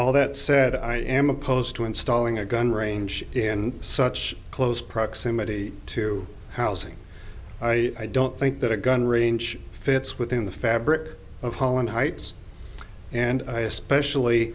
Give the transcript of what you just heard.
all that said i am opposed to installing a gun range in such close proximity to housing i i don't think that a gun range fits within the fabric of holland heights and i especially